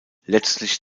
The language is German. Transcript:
letztlich